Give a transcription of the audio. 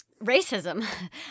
racism